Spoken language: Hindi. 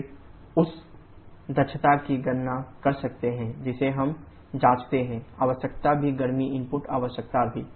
फिर आप उस दक्षता की गणना कर सकते हैं जिसे हम जांचते हैं आवश्यकता भी गर्मी इनपुट आवश्यकता भी